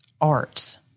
arts